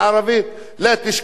לא תשכּי לי בּבּכּי לכּ.